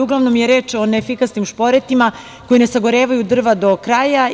Uglavnom je reč o neefikasnim šporetima koji ne sagorevaju drva do kraja.